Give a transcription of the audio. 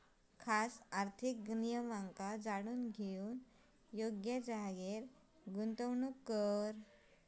खास आर्थिक नियमांका जाणून घेऊन योग्य जागेर गुंतवणूक करा